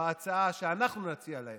בהצעה שאנחנו נציע להם,